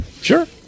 Sure